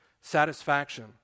satisfaction